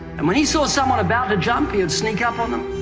and when he saw someone about to jump, he would sneak up on them,